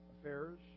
affairs